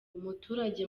umuturage